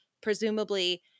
Presumably